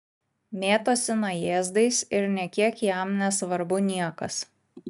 mėtosi najėzdais ir nė kiek jam nesvarbu niekas